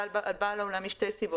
לגבי איזה קבוצת מתחתנים שכבר נשרכת ממרץ,